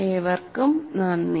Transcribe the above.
ഏവർക്കും നന്ദി